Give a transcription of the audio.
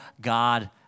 God